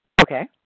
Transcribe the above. Okay